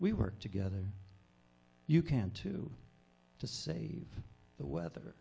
we work together you can too to save the weather